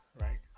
right